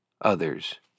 others